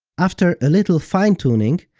after a little fine tuning,